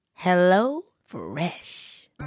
HelloFresh